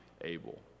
able